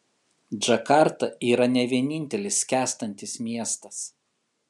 džakarta yra ne vienintelis skęstantis miestas